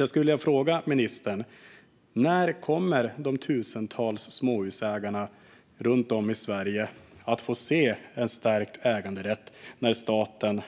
Jag skulle vilja fråga ministern: När kommer de tusentals småhusägarna runt om i Sverige att få se en stärkt äganderätt när staten